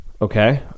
Okay